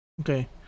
Okay